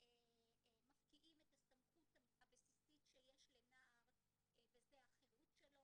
מפקיעים את הסמכות הבסיסית שיש לנער וזה החירות שלו